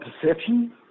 perception